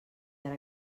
ara